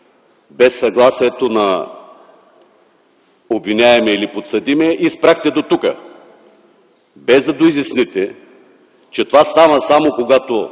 без съгласието на обвиняемия или подсъдимия и спряхте дотук, без да доизясните, че това става само когато